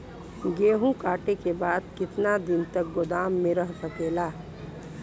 गेहूँ कांटे के बाद कितना दिन तक गोदाम में रह सकेला?